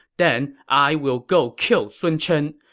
then i will go kill sun chen.